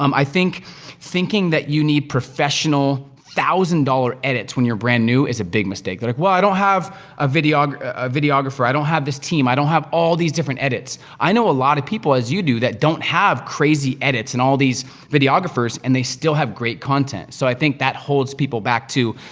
um i think thinking that you need professional, thousand dollar edits when you're brand new is a big mistake. they're like, well, i don't have a videographer, ah i don't have this team, i don't have all these different edits. i know a lot of people, as you do, that don't have crazy edits, and all these videographers, and they still have great content. so, i think that holds people back too,